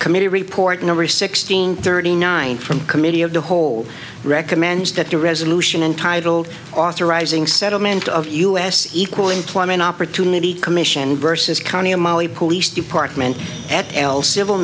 committee report number sixteen thirty nine from committee of the whole recommends that the resolution entitled authorizing settlement of u s equal employment opportunity commission vs county in mali police department at al civil